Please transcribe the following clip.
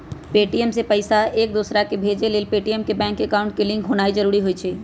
Paytm से पईसा एकदोसराकेँ भेजे लेल पेटीएम के बैंक अकांउट से लिंक होनाइ जरूरी होइ छइ